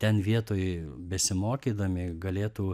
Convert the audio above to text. ten vietoj besimokydami galėtų